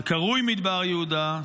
שקרוי מדבר יהודה,